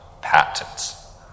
patents